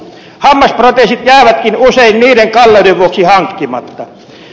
hammasproteesit jäävätkin usein niiden kalleuden vuoksi hankkimatta